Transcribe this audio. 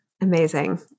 Amazing